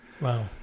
Wow